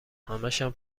همشم